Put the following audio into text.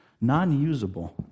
non-usable